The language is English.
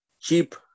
cheap